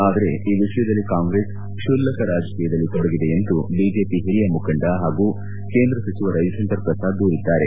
ಆದರೆ ಈ ವಿಷಯದಲ್ಲಿ ಕಾಂಗ್ರೆಸ್ ಕ್ಷುಲ್ಲಕ ರಾಜಕೀಯದಲ್ಲಿ ತೊಡಗಿದೆ ಎಂದು ಬಿಜೆಪಿ ಹಿರಿಯ ಮುಖಂಡ ಹಾಗೂ ಕೇಂದ್ರ ಸಚಿವ ರವಿಶಂಕರ್ ಪ್ರಸಾದ್ ದೂರಿದ್ದಾರೆ